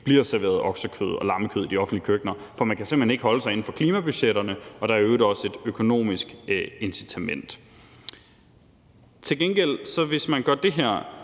bliver serveret oksekød og lammekød i de offentlige køkkener, for man kan simpelt hen ikke holde sig inden for klimabudgetterne, og der er i øvrigt også et økonomisk incitament. Hvis man gør det her,